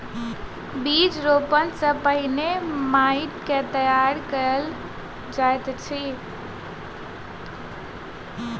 बीज रोपण सॅ पहिने माइट के तैयार कयल जाइत अछि